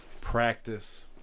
Practice